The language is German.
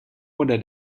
oder